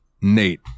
Nate